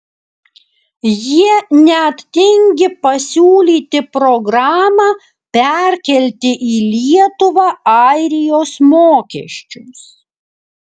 jie net tingi pasiūlyti programą perkelti į lietuvą airijos mokesčius